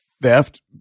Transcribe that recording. theft